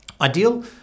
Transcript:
Ideal